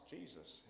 Jesus